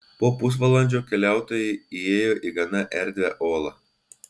po pusvalandžio keliautojai įėjo į gana erdvią olą